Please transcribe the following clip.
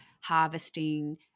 harvesting